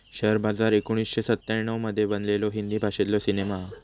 share Bazaar एकोणीसशे सत्त्याण्णव मध्ये बनलेलो हिंदी भाषेतलो सिनेमा हा